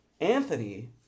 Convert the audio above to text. Anthony